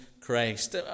Christ